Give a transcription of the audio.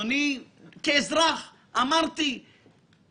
אני אציג אותה לדירקטוריון יקבלו אותה,